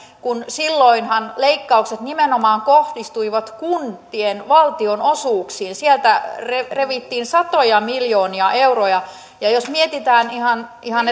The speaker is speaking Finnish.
kun silloinhan leikkaukset nimenomaan kohdistuivat kuntien valtionosuuksiin sieltä revittiin satoja miljoonia euroja ja jos mietitään ihan ihan